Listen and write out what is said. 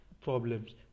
problems